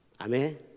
Amen